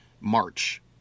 March